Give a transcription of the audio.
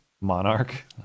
monarch